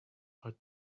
are